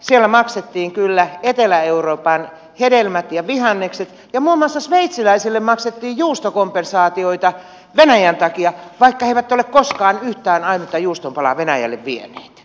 siellä maksettiin kyllä etelä euroopan hedelmät ja vihannekset ja muun muassa italialaisille maksettiin juustokompensaatioita venäjän takia vaikka he eivät ole koskaan yhtään ainoata juuston palaa venäjälle vieneet